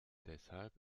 deshalb